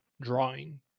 drawing